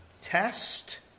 test